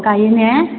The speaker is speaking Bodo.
गाइयोना